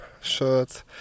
shirts